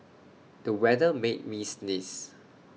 the weather made me sneeze